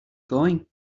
going